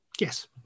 Yes